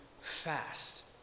fast